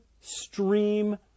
stream